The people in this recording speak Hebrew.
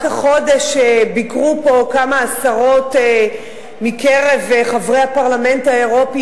רק החודש ביקרו פה כמה עשרות מקרב חברי הפרלמנט האירופי,